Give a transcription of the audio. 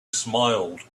smiled